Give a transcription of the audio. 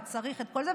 למה צריך את כל זה?